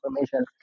information